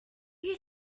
you